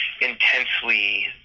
intensely